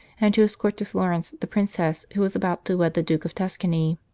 and to escort to florence the princess who was about to wed the duke of tuscany.